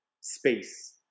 space